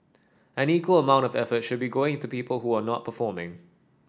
an equal amount of effort should be going into people who are not performing